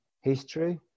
history